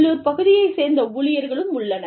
உள்ளூர்ப் பகுதியைச் சேர்ந்த ஊழியர்களும் உள்ளனர்